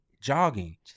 jogging